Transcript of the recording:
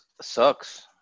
sucks